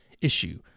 issue